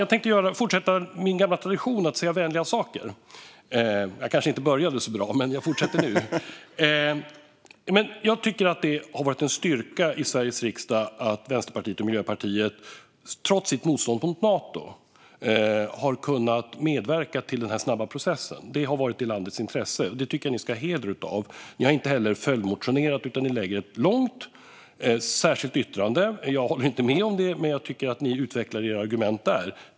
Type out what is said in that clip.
Jag tänkte fortsätta min gamla tradition att säga vänliga saker. Jag kanske inte började så bra, men jag fortsätter nu. Jag tycker att det har varit en styrka i Sveriges riksdag att Vänsterpartiet och Miljöpartiet trots sitt motstånd mot Nato har kunnat medverka till den snabba processen. Det har varit i landets intresse. Det tycker jag att ni ska ha heder av. Ni har inte heller följdmotionerat, utan ni lägger fram ett långt särskilt yttrande. Jag håller inte med om det. Men jag tycker att ni utvecklar era argument där.